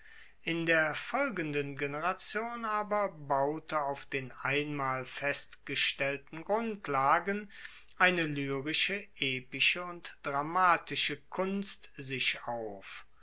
in der folgenden generation aber baute auf den einmal festgestellten grundlagen eine lyrische epische und dramatische kunst sich auf